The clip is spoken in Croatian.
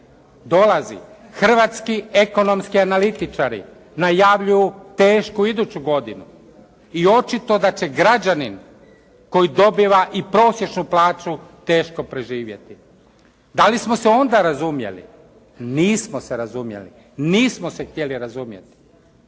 Dolazi, hrvatski ekonomski analitičari najavljuju tešku iduću godinu i očito da će građanin koji dobiva i prosječnu plaću teško preživjeti. Da li smo se onda razumjeli? Nismo se razumjeli, nismo se htjeli razumjeti.